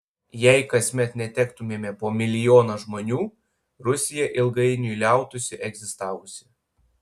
jei kasmet netektumėme po milijoną žmonių rusija ilgainiui liautųsi egzistavusi